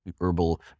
herbal